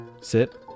Sit